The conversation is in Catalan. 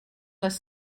les